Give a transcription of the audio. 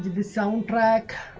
the so um province